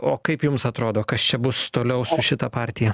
o kaip jums atrodo kas čia bus toliau su šita partija